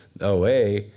OA